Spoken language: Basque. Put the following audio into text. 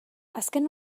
azken